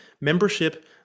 membership